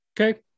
Okay